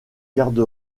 garde